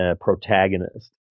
protagonist